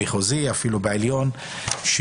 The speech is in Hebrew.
המחוזי ואפילו העליון בעקבות זאת,